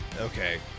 Okay